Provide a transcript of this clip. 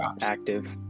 active